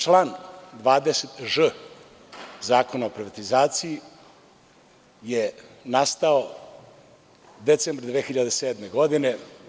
Član 20ž Zakona o privatizaciji je nastao u decembru 2007. godine.